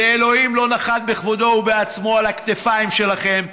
ואלוהים לא נחת בכבודו ובעצמו על הכתפיים שלכם,